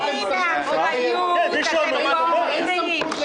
יש פה באמת היפוך דמוקרטי מאוד מאוד פשוט.